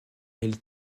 elle